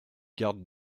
garde